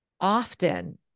often